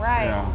Right